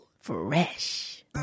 Fresh